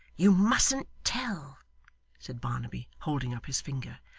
you mustn't tell said barnaby, holding up his finger,